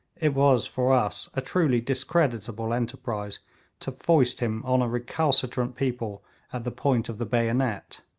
it was for us a truly discreditable enterprise to foist him on a recalcitrant people at the point of the bayonet.